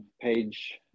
page